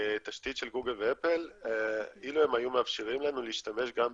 בתשתית של גוגל ואפל אילו הן היו מאפשרים לנו להשתמש גם ב-GPS.